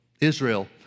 Israel